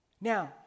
Now